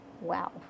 Wow